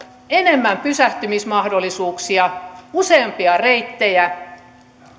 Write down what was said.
enemmän pysähtymismahdollisuuksia useampia reittejä